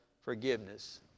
forgiveness